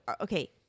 okay